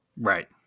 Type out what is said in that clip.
Right